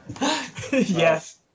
Yes